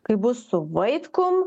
kaip bus su vaitkum